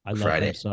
Friday